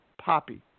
poppy